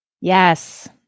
Yes